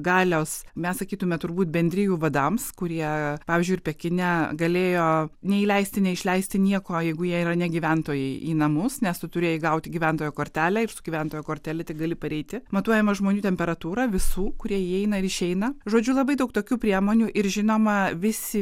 galios mes sakytume turbūt bendrijų vadams kurie pavyzdžiui ir pekine galėjo neįleisti neišleisti nieko jeigu jie yra ne gyventojai į namus nes tu turėjai gauti gyventojo kortelę ir su gyventojo kortele tik gali pareiti matuojama žmonių temperatūra visų kurie įeina ir išeina žodžiu labai daug tokių priemonių ir žinoma visi